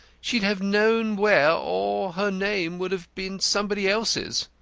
she'd have known where, or her name would have been somebody else's.